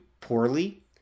poorly